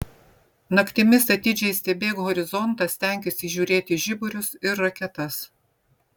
naktimis atidžiai stebėk horizontą stenkis įžiūrėti žiburius ir raketas